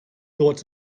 thought